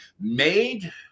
made